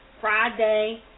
Friday